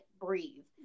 breathe